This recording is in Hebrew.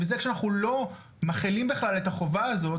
וזה כשאנחנו לא מחלים בכלל את החובה הזאת